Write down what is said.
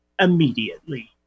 immediately